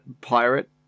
pirate